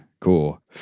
cool